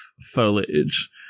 foliage